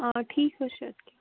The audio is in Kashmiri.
آ ٹھیٖک حظ چھُ اَدٕ کیٛاہ